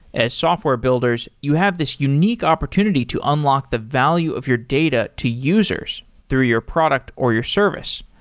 as software builders, you have this unique opportunity to unlock the value of your data to users through your product or your service.